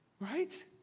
right